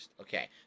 Okay